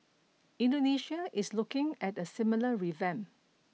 Indonesia is looking at a similar revamp